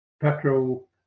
petrol